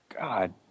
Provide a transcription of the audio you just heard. God